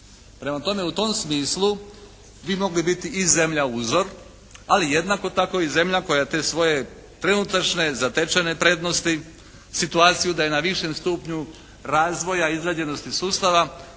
Prema tome, u tom smislu bi mogli biti i zemlja uzor, ali i jednako tako i zemlja koja te svoje trenutačne, zatečene prednosti, situaciju da je na višem stupnju razvoja, izgrađenosti sustava